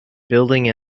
building